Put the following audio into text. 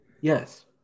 yes